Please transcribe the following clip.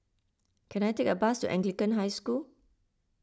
can I take a bus to Anglican High School